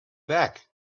back